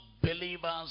Believers